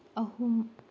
ꯑꯍꯨꯝ